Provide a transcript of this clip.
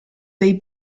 dei